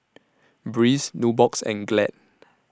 Breeze Nubox and Glad